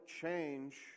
change